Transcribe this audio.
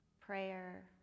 prayer